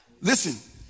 Listen